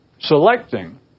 selecting